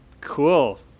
Cool